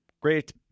great